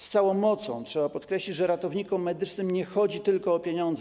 Z całą mocą trzeba podkreślić, że ratownikom medycznym nie chodzi tylko o pieniądze.